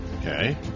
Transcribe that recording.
Okay